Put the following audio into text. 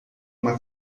uma